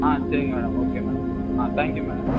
ஆ சரிங்க madam okay madam ஆ thank you madam